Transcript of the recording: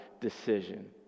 decision